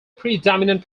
predominant